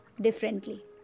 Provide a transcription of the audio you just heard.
differently